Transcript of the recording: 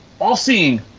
all-seeing